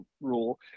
rule